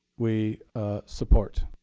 we support.